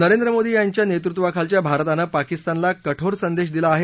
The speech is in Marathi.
नरेंद्र मोदी यांच्या नेतृत्वाखालच्या भारतानं पाकिस्तानला कठोर संदेश दिला आहे